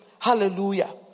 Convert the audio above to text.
Hallelujah